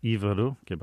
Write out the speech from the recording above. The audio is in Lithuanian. įvairių kaip